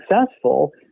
successful